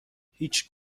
هیچ